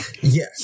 Yes